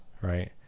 right